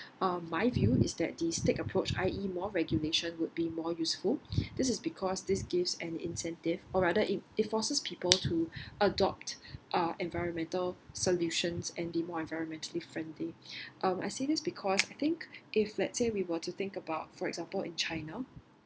um my view is that the stick approach I_E more regulation would be more useful this is because this gives an incentive or rather it it forces people to adopt uh environmental solutions and be more environmentally friendly um I say this because I think if let's say we were to think about for example in china